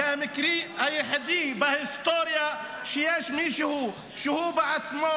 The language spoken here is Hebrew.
זה המקרה היחידי בהיסטוריה שיש מישהו שבעצמו